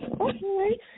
Okay